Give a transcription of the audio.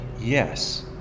Yes